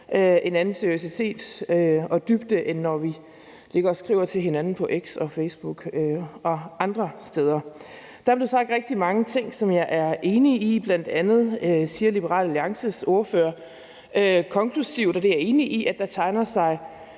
en anden seriøsitet og dybde, end når vi ligger og skriver til hinanden på X og Facebook og andre steder. Der blev sagt rigtig mange ting, som jeg er enig i. Bl.a. siger Liberal Alliances ordfører konkluderende, og det er jeg enig i, at der tegner sig